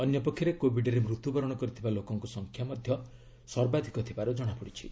ଅନ୍ୟପକ୍ଷରେ କୋବିଡରେ ମୃତ୍ୟୁବରଣ କରିଥିବା ଲୋକଙ୍କ ସଂଖ୍ୟା ମଧ୍ୟ ସର୍ବାଧିକ ଥିବାର ଜଣାପଡ଼ିଛି